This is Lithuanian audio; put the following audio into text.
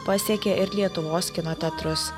pasiekė ir lietuvos kino teatrus